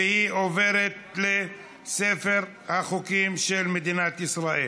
והיא נכנסת לספר החוקים של מדינת ישראל.